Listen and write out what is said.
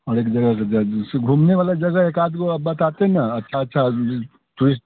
हम एक जगह जाएँगे जैसे घूमने वाला जगह एक आधा जो बताते हैं अच्छा अच्छा आदमी